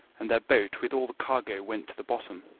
and their boat with all the cargo went to the bottom,